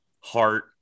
heart